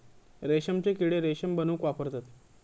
रेशमचे किडे रेशम बनवूक वापरतत